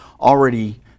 already